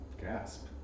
Gasp